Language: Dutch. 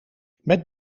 met